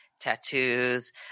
tattoos